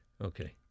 Okay